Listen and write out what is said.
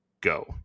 go